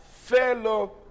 fellow